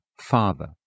Father